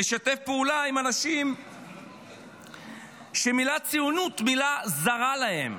לשתף פעולה עם אנשים שהמילה ציונות זרה להם?